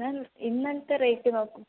മാം ഇന്നലത്തെ റേറ്റ് നോക്കൂ